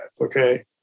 Okay